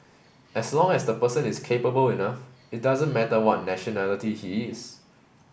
as long as the person is capable enough it doesn't matter what nationality he is